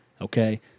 okay